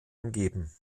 umgeben